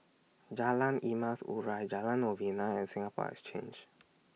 Jalan Emas Urai Jalan Novena and Singapore Exchange